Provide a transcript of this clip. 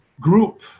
group